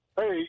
Hey